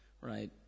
right